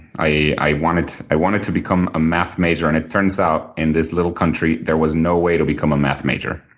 i wanted i wanted to become a math major, and it turns out in this little country there was no way to become a math major.